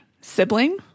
sibling